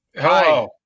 Hi